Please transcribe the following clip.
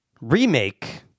remake